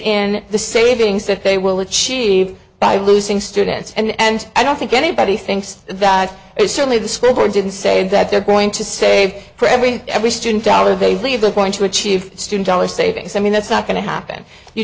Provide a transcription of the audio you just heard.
in the savings that they will achieve by losing students and i don't think anybody thinks that is certainly the school board didn't say that they're going to say for every every student dollar they leave the point to achieve student dollar savings i mean that's not going to happen you